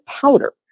powder